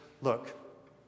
look